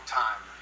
time